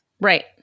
Right